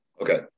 Okay